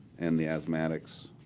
and the asthmatics,